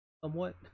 somewhat